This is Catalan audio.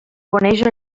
coneix